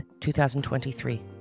2023